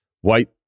White